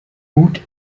boot